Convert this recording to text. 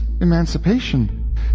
emancipation